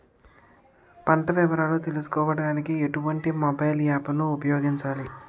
పంట వివరాలు తెలుసుకోడానికి ఎటువంటి మొబైల్ యాప్ ను ఉపయోగించాలి?